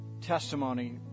testimony